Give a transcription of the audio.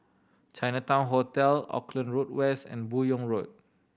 Chinatown Hotel Auckland Road West and Buyong Road